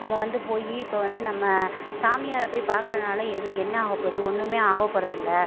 நம்ம வந்து போய் இப்போ வந்து நம்ம சாமியாரை போய் பார்க்கறனால எது என்ன ஆகப் போகுது ஒன்றுமே ஆகப் போகிறது இல்லை